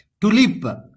tulip